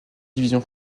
division